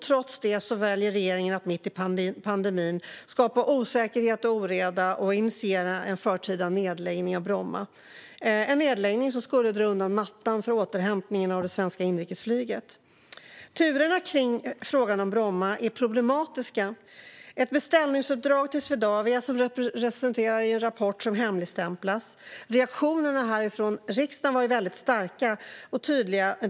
Trots det väljer regeringen att mitt i pandemin skapa osäkerhet och oreda och initiera en förtida nedläggning av Bromma, en nedläggning som skulle dra undan mattan för det svenska inrikesflygets återhämtning. Turerna kring frågan om Bromma är problematiska. Det gavs ett beställningsuppdrag till Swedavia, som presenterade en rapport som hemligstämplades. Reaktionerna härifrån riksdagen var väldigt starka och tydliga.